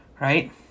right